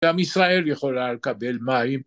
גם ישראל יכולה לקבל מים.